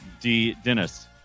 D-Dennis